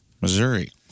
Missouri